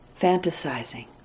fantasizing